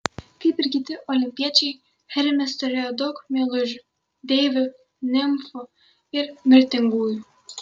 kaip ir kiti olimpiečiai hermis turėjo daug meilužių deivių nimfų ir mirtingųjų